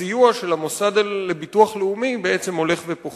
הסיוע של המוסד לביטוח לאומי הולך ופוחת.